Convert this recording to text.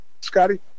Scotty